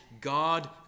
God